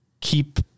keep